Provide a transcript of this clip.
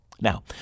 Now